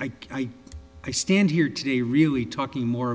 i i stand here today really talking more